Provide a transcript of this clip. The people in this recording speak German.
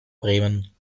bremen